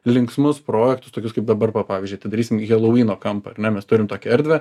linksmus projektus tokius kaip dabar va pavyzdžiui atidarysim helovyno kampą ar ne mes turim tokią erdvę